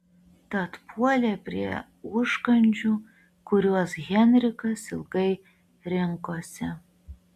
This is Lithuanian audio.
tad puolė prie užkandžių kuriuos henrikas ilgai rinkosi